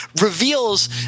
reveals